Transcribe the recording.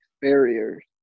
barriers